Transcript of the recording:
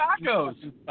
tacos